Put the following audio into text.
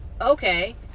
Okay